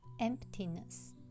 emptiness